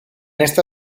esta